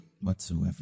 Whatsoever